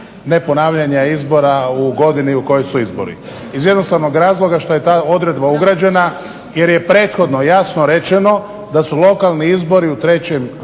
neponavljanja izbora u godini u kojoj su izbori, iz jednostavnog razloga što je ta odredba ugrađena jer je prethodno jasno rečeno da su lokalni izbori treće